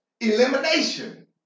Elimination